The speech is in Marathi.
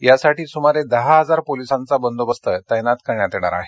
यासाठी सुमारे दहा हजार पोलिसांचा बंदोबस्त तैनात करण्यात येणार आहे